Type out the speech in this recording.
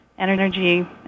energy